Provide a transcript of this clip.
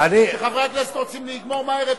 חברי הכנסת רוצים לגמור מהר,